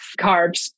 carbs